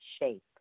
shape